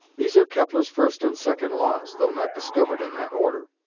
these are kepler's first and second laws though not discovered in that order,